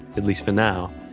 at least for now,